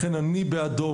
לכן אני בעדו,